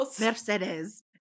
Mercedes